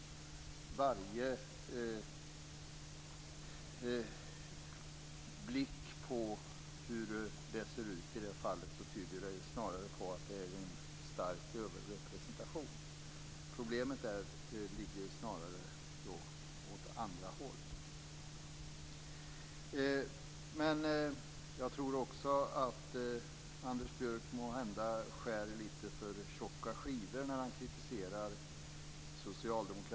Varje blick på hur det ser ut i det fallet visar snarare att det är en stark överrepresentation. Problemet ligger mer åt andra håll. Anders Björck skär måhända också litet för tjocka skivor när han kritiserar socialdemokratin.